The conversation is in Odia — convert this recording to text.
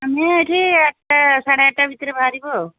ମୁଁ ଏଠି ଆଠଟା ସାଢ଼େ ଆଠଟା ଭିତରେ ବାହାରିବ